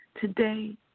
today